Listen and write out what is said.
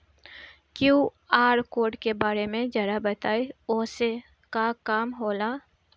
QR code के बारे में जरा बताई वो से का काम होला?